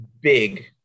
big